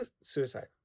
suicide